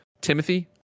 timothy